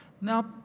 Now